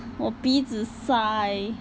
我鼻子塞